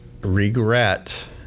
regret